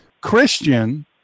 Christian